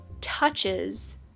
touches